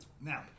Now